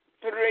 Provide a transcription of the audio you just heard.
three